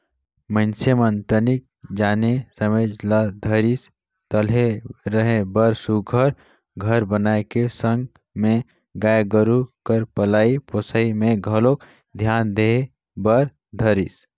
मइनसे मन तनिक जाने समझे ल धरिस ताहले रहें बर सुग्घर घर बनाए के संग में गाय गोरु कर पलई पोसई में घलोक धियान दे बर धरिस